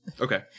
okay